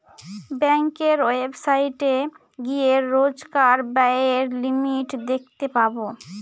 ব্যাঙ্কের ওয়েবসাইটে গিয়ে রোজকার ব্যায়ের লিমিট দেখতে পাবো